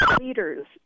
leaders